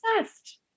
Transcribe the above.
obsessed